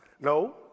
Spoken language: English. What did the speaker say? No